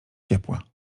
ciepła